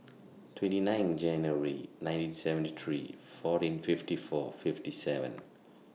twenty nine January nineteen seventy three fourteen fifty four fifty seven